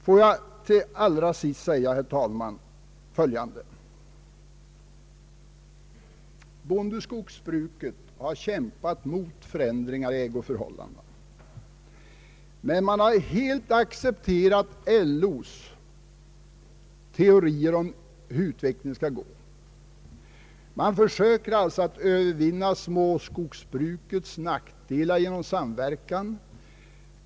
Låt mig allra sist få säga att bondeskogsbruket har kämpat mot förändringar i ägoförhållandet, men helt har accepterat LO:s teorier om hur utvecklingen skall gå. Man försöker alltså övervinna småskogsbrukets nackdelar genom samverkan.